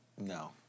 no